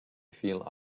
feel